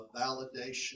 validation